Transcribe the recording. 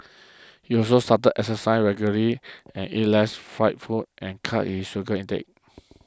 he also started exercising regularly and eat less fried food and cut his sugar intake